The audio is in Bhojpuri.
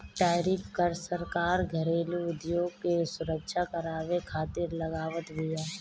टैरिफ कर सरकार घरेलू उद्योग के सुरक्षा करवावे खातिर लगावत बिया